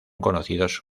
conocidos